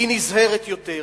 היא נזהרת יותר,